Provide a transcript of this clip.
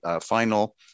final